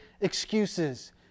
excuses